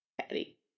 Patty